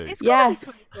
Yes